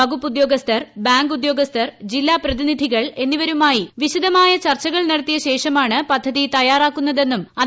വകുപ്പ് ഉദ്യോഗസ്ഥർ ബാങ്ക് ഉദ്യോഗസ്ഥർ ജില്ലാ പ്രതിനിധികൾ എന്നിവരുമായി വിശദമമായ ചർച്ചകൾ നടത്തിയ ശേഷമാണ് പദ്ധതി തയ്യാറാക്കുന്നതെന്നും അദ്ദേഹം പറഞ്ഞു